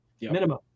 Minimum